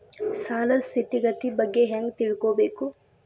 ಸಾಲದ್ ಸ್ಥಿತಿಗತಿ ಬಗ್ಗೆ ಹೆಂಗ್ ತಿಳ್ಕೊಬೇಕು?